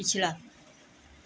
ਪਿਛਲਾ